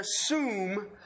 assume